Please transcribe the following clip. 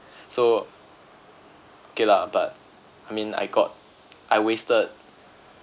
so okay lah but I mean I got I wasted